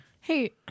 Hey